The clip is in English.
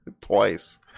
Twice